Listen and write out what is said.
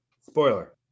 Spoiler